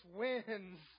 wins